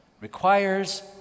requires